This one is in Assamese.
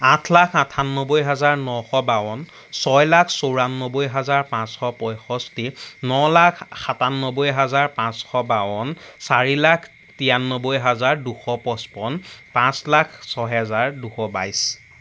আঠ লাখ আঠান্নবৈ হাজাৰ নশ বাৱন ছয় লাখ চৌৰান্নবৈ হাজাৰ পাঁচশ পঁয়ষষ্ঠি ন লাখ সাতান্নবৈ হাজাৰ পাঁচশ বাৱন চাৰি লাখ তিৰান্নবৈ হাজাৰ দুশ পঁচপন পাঁচ লাখ ছয় হেজাৰ দুশ বাইছ